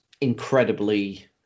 incredibly